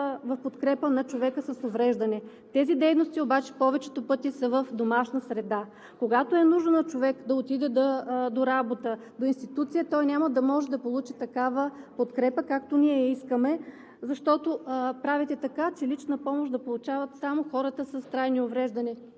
в подкрепа на човека с увреждане. Тези дейности обаче повечето пъти са в домашна среда. Когато е нужно на човек да отиде до работа, до институция, той няма да може да получи такава подкрепа, както ние искаме. Защото правите така, че лична помощ да получават само хората с трайни увреждания,